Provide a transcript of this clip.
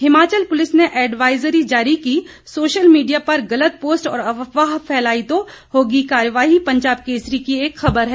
Himachal police ने advisory की जारी सोशल मीडिया पर गलत पोस्ट और अफवाह फैलाई तो होगी कार्रवाई पंजाब केसरी की एक ख़बर है